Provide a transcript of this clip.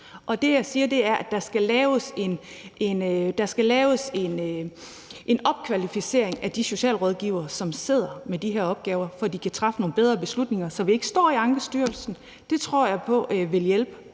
og det, jeg siger, er, at der skal laves en opkvalificering af de socialrådgivere, som sidder med de her opgaver, så de kan træffe nogle bedre beslutninger, så man ikke står i Ankestyrelsen. Det tror jeg på vil hjælpe.